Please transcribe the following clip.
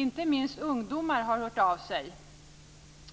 Inte minst ungdomar har hört av sig,